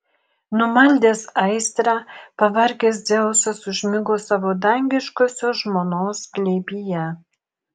numaldęs aistrą pavargęs dzeusas užmigo savo dangiškosios žmonos glėbyje